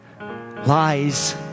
lies